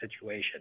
situation